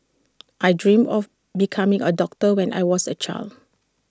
I dreamt of becoming A doctor when I was A child